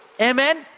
Amen